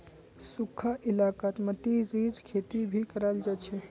सुखखा इलाकात मतीरीर खेती भी कराल जा छे